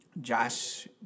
Josh